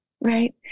right